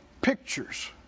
pictures